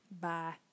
Bye